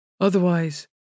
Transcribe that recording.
Otherwise